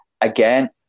again